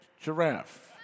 giraffe